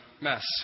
mess